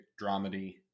dramedy